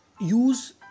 use